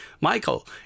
Michael